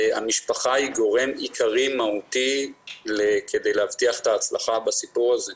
המשפחה היא גורם עיקרי מהותי כדי להבטיח את ההצלחה בסיפור הזה,